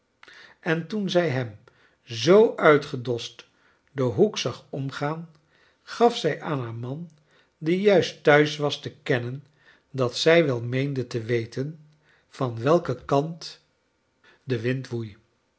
en toen zij hem zoo uitgedost den hoek zag omgaan gaf zij aan haar man die juist thuis was te kennen dat zij wel meende te weten van welken kant de wind woei